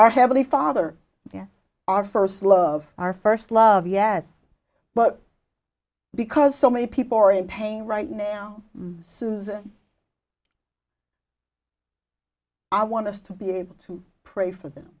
our heavenly father yes our first love our first love yes but because so many people are in pain right now susan i want us to be able to pray for them